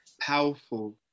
powerful